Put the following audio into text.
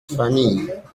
famille